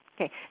Okay